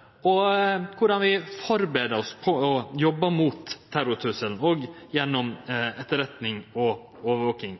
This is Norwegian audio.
av korleis vi samla sett arbeider mot radikalisering, førebyggjer betre og førebur oss på å jobbe mot terrortrusselen òg gjennom etterretning og overvaking.